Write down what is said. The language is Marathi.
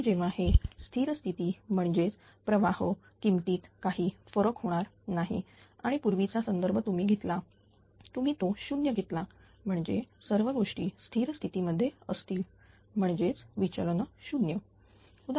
आणि जेव्हा हे स्थिरस्थिती म्हणजेच प्रवाह किमतीत काही फरक होणार नाही आणि पूर्वीचा संदर्भ तुम्ही घेतला तुम्ही तो 0 घेतला म्हणजेच सर्व गोष्टी स्थिर स्थितीमध्ये असतील म्हणजेच विचनल 0